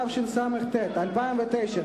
התשס”ט 2009,